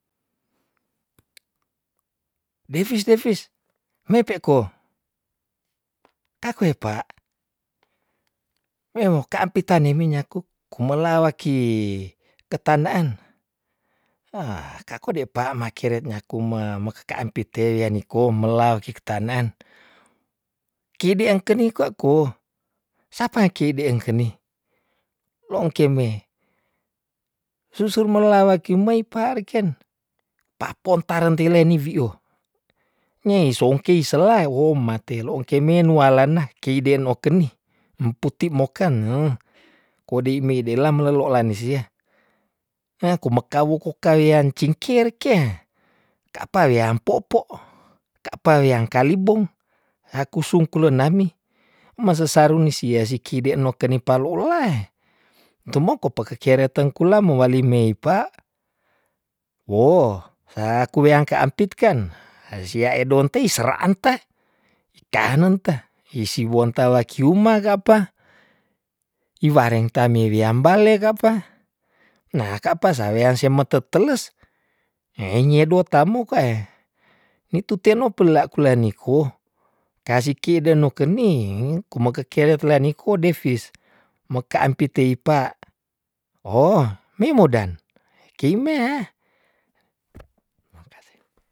Devis devis wepe ko akue pa weo ka ampitani mi nyaki kumela waki ketan neen kakode pa maakeret nyaku makaka ampit te wia niko mela wikiktaneen kidi ngkeni kwa ku sapa kei dei engkeni? Loongkeme susur mela wakimoi pa reken papontareen tileni vio, nyei songkei selai wo matelo ongkemen walana kei den okeni mputi mokan ko dei meidelam laloonisi he kumekawukuka wia cingkeh rikie ka apa wia mpopo, ka apa wia kalibong akusung kulenami masesarunisie siki de no keni paloolae tumoko pakekeret tengkula mowali mei pa, wo saaku weaangkaampit kan hesia don tei seraanta itanenteh isi wonta waki uma ka apa, iwareng tame wia mbale ka apa, nah ka apa sa wea semeteteles hei nyedotamu ka e itu teno pela kulaniku kasiki de no keni kumakekeret lani ko devis mo ka ampit teipa ohh meimodan keimea.